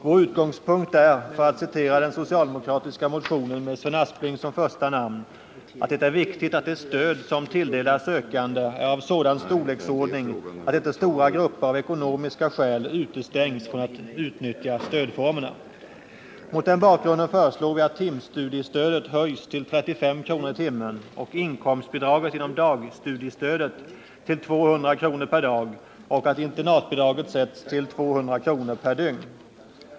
Vår utgångspunkt är, för att citera den socialdemokratiska motionen med Sven Aspling som första namn, att det ”är viktigt att de stöd som tilldelas sökande är av sådan storleksordning att inte stora grupper av ekonomiska skäl utestängs från att utnyttja stödformerna”. Mot den bakgrunden föreslår vi att timstudiestödet höjs till 35 kr. i timmen och inkomstbidraget inom dagstudiestödet till 200 kr. per dag och att internatbidraget sätts till 200 kr. per dygn.